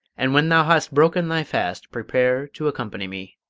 and when thou hast broken thy fast, prepare to accompany me.